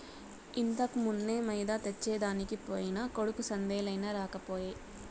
ఇంతకుమున్నే మైదా తెచ్చెదనికి పోయిన కొడుకు సందేలయినా రాకపోయే